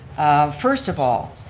first of all,